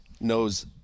knows